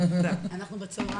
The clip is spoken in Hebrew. זה יכול להיות ציור